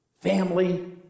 family